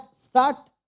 start